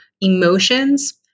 emotions